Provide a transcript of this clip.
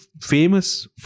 famous